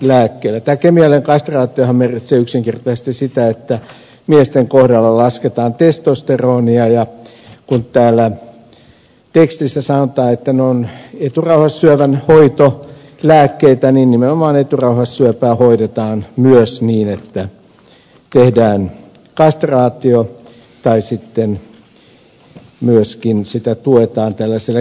tämä kemiallinen kastraatiohan merkitsee yksinkertaisesti sitä että miesten kohdalla lasketaan testosteronia ja kun täällä tekstissä sanotaan että ne ovat eturauhassyövän hoitoon käytettäviä lääkkeitä niin nimenomaan eturauhassyöpää hoidetaan myös niin että tehdään kastraatio tai sitten sitä myöskin tuetaan tällaisella kemiallisella kastraatiolla